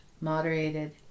moderated